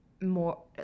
more